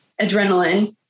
adrenaline